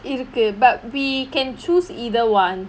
இருக்கு:irukku but we can choose either one